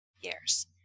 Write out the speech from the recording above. years